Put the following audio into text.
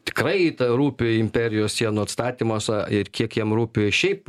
tikrai rūpi imperijos sienų atstatymas ir kiek jam rūpi šiaip